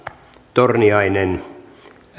torniainen